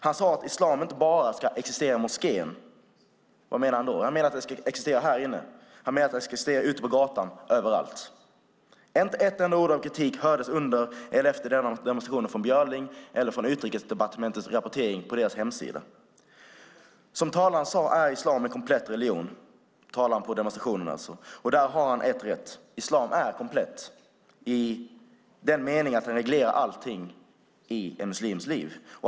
Han sade att islam inte bara ska existera i moskén. Vad menar han då? Han menar att den ska existera här inne, han menar att den ska existera ute på gatan - överallt. Inte ett enda ord av kritik hördes under eller efter den demonstrationen från Björling eller från Utrikesdepartementets rapportering på deras hemsida. Som talaren på demonstrationen sade är islam en komplett religion. Där har han ett rätt. Islam är komplett i den meningen att den reglerar allting i en muslims liv.